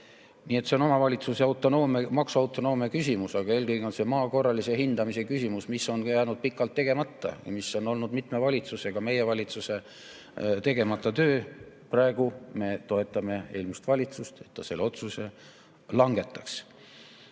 Nii et see on omavalitsuse autonoomia, maksuautonoomia küsimus, aga eelkõige on see maa korralise hindamise küsimus, mis on jäänud pikalt tegemata ja mis on olnud mitme valitsuse, ka meie valitsuse tegemata töö. Praegu me toetame eelmist valitsust, et see otsus langetataks.